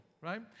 right